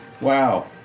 Wow